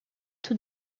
tout